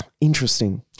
interesting